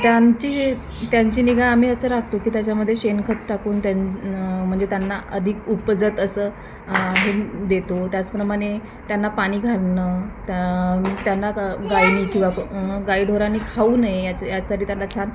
त्यांची हे त्यांची निगा आम्ही असं राखतो की त्याच्यामध्ये शेणखत टाकून त्या न म्हणजे त्यांना अधिक उपजत असं हे देतो त्याचप्रमाणे त्यांना पाणी घालणं त्या त्यांना क गाईने किंवा गाई ढोरांनी खाऊ नये याच यासाठी त्यांना छान